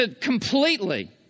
completely